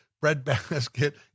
breadbasket